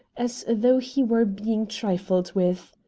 as though he were being trifled with,